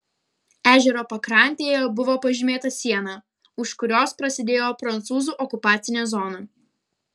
ežero pakrantėje buvo pažymėta siena už kurios prasidėjo prancūzų okupacinė zona